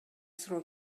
суроо